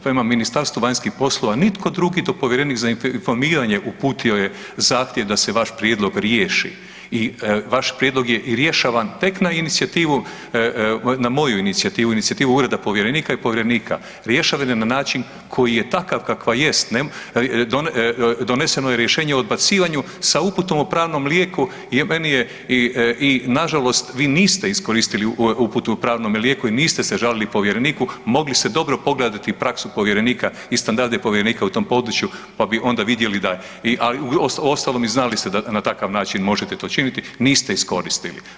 Prema Ministarstvu vanjskih poslova nitko drugi do povjerenik za informiranje uputio je zahtjev da se vaš prijedlog riješi i vaš prijedlog je i rješavan tek na inicijativu, na moju inicijativu, na inicijativu Ureda povjerenika i povjerenika, rješavan je na način koji je takav kakav jest, doneseno je rješenje o odbacivanju sa uputom o pravnom lijeku, meni je i nažalost, vi niste iskoristili uputu o pravnom lijeku i niste se žalili povjereniku, mogli ste dobro pogledati praksu povjerenika i standarde povjerenika u tom području pa bi onda vidjeli da ali uostalom i znali ste da na takav način možete to činiti, niste iskoristili.